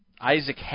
Isaac